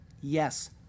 Yes